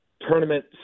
tournament